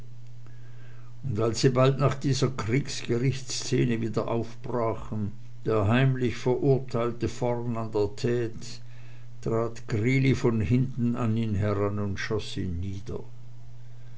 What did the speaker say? und als sie bald nach dieser kriegsgerichtsszene wieder aufbrachen der heimlich verurteilte vorn an der tte trat greeley von hinten her an ihn heran und schoß ihn nieder